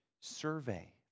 Survey